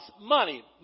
money